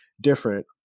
different